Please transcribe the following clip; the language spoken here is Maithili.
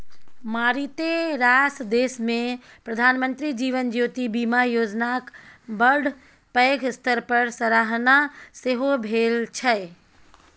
मारिते रास देशमे प्रधानमंत्री जीवन ज्योति बीमा योजनाक बड़ पैघ स्तर पर सराहना सेहो भेल छै